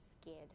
scared